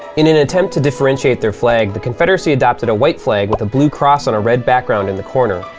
in an attempt to differentiate their flag, the confederacy adopted a white flag with a blue cross on a red background in the corner.